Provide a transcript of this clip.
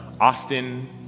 Austin